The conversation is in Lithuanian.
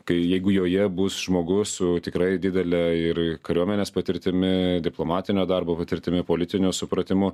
kai jeigu joje bus žmogus su tikrai didele ir kariuomenės patirtimi diplomatinio darbo patirtimi politiniu supratimu